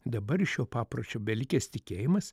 dabar iš šio papročio belikęs tikėjimas